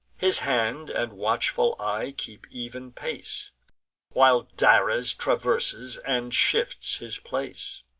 his hand and watchful eye keep even pace while dares traverses and shifts his place,